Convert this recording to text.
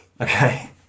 Okay